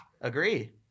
Agree